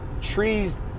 trees